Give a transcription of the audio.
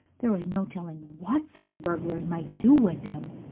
there was no telling what such burglars might do with him.